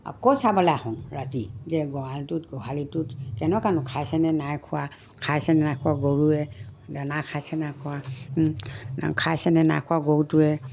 আকৌ চাবলৈ আহোঁ ৰাতি যে গঁৰালটোত গোহালিটোত কেনেকুৱানো খাইছে নে নাই খোৱা খাইছে নে নাই খোৱা গৰুৱে দানা খাইছে নাই খোৱা খাইছে নে নাই খোৱা গৰুটোৱে